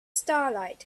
starlight